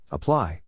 Apply